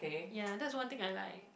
ya that's one thing I like